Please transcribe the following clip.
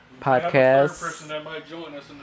podcast